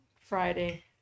Friday